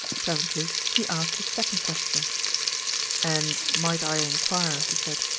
presently he asked his second question and might i inquire, he said,